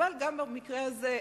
וגם במקרה הזה,